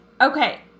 Okay